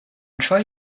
try